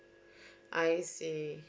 I see